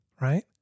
Right